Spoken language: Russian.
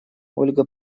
ольга